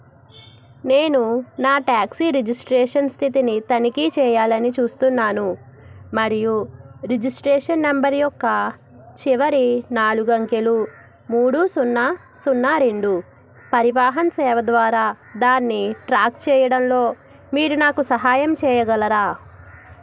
నేను నా taxi registration స్థితిని తనిఖీ చేయాలని చూస్తున్నాను మరియు రిజిస్ట్రేషన్ నెంబర్ యొక్క చివరి నాలుగు అంకెలు మూడు సున్నా సున్నా రెండు పరివాహన్ సేవ ద్వారా దాన్ని ట్రాక్ చేయడంలో మీరు నాకు సహాయం చేయగలరా